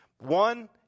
One